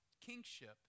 kingship